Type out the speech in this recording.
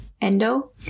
Endo